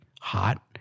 hot